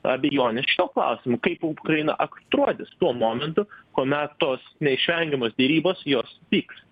abejones šiuo klausimu kaip ukraina atrodys tuo momentu kuomet tos neišvengiamos derybos jos vyks